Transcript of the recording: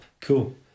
cool